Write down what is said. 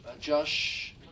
Josh